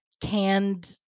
canned